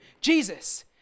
Jesus